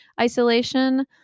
isolation